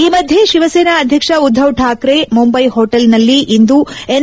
ಈ ಮಧ್ಯೆ ಶಿವಸೇನಾ ಅಧ್ಯಕ್ಷ ಉದ್ದವ್ ಠಾಕ್ರೆ ಮುಂಬೈ ಹೋಟೆಲ್ ನಲ್ಲಿಂದು ಎನ್